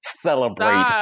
Celebrate